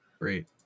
Great